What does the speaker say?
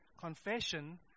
confession